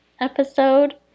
episode